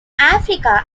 africa